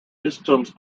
bistums